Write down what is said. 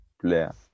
player